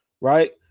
right